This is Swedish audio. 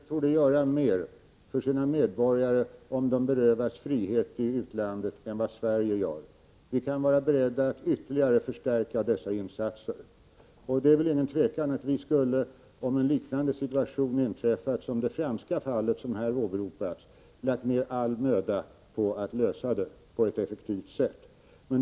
Herr talman! Få länder torde göra mer för sina medborgare, om de berövas sin frihet i utlandet, än vad Sverige gör. Vi kan vara beredda att ytterligare förstärka dessa insatser. Det råder väl inget tvivel om att vi, i en situation liknande den i det franska fallet som här åberopades, skulle ha lagt ned all möda på att lösa frågan på ett effektivt sätt.